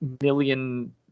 million